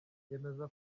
yemeza